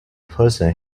person